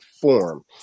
form